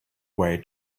way